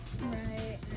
Right